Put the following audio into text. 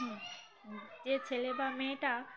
হুম যে ছেলে বা মেয়েটা